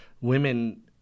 women